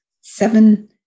Seven